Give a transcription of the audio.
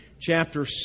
chapter